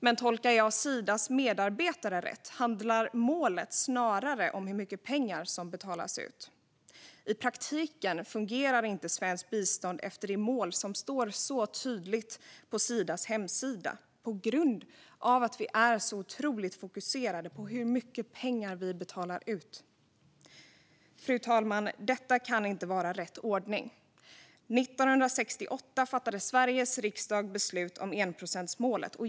Men tolkar jag Sidas medarbetare rätt handlar målet snarare om hur mycket pengar som betalas ut. I praktiken fungerar inte svenskt bistånd efter det mål som står mycket tydligt på Sidas hemsida, och det beror på att vi är så otroligt fokuserade på hur mycket pengar vi betalar ut. Fru talman! Detta kan inte vara rätt ordning. År 1968 fattade Sveriges riksdag beslut om enprocentsmålet.